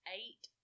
eight